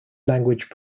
language